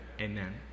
Amen